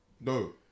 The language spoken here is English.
No